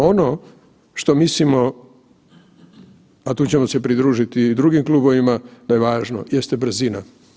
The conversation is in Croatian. Ono što mislimo, a tu ćemo se pridružiti i drugim klubovima, da je važno jeste brzina.